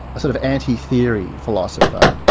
a sort of anti-theory philosopher,